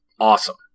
awesome